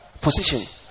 position